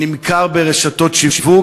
נמכר ברשתות שיווק,